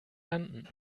landen